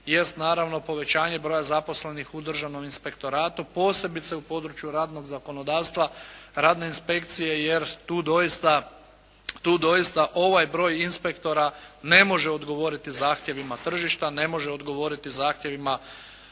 jest naravno povećanje broja zaposlenih u državnom inspektoratu, posebice u području radnog zakonodavstva, radne inspekcije jer tu doista, tu doista ovaj broj inspektora ne može odgovoriti zahtjevima tržišta, ne može odgovoriti zahtjevima